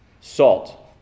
salt